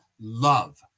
love